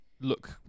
look